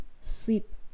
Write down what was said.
sleep